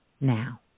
now